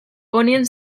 ponien